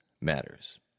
matters